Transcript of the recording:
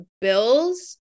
bills